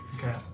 okay